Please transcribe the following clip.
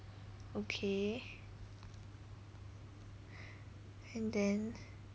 okay and then